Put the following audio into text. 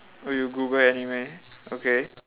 oh you Google anime okay